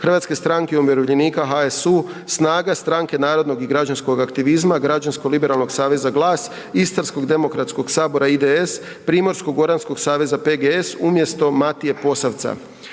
Hrvatske stranke umirovljenika, HSU, SNAGA, Stranke narodnog i građanskog aktivizma, Građansko-liberalnog aktivizma, GLAS, Istarsko demokratskog sabora, IDS, Primorsko-goranskog saveza, PGS umjesto Matije Posavca.